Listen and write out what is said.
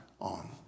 on